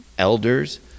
elders